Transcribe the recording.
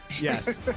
Yes